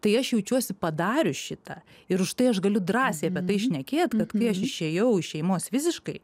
tai aš jaučiuosi padarius šitą ir už tai aš galiu drąsiai bet tai šnekėt kad kai aš aš išėjau iš šeimos visiškai